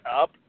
up